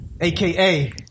AKA